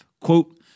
quote